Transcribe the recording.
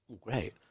great